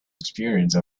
experience